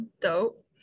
dope